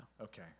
Okay